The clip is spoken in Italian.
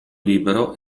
libero